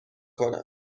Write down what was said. کنم